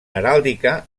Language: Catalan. heràldica